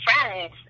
friends